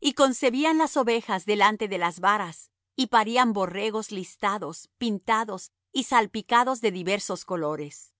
y concebían las ovejas delante de las varas y parían borregos listados pintados y salpicados de diversos colores